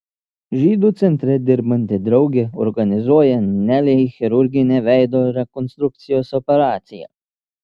žydų centre dirbanti draugė organizuoja nelei chirurginę veido rekonstrukcijos operaciją